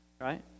Right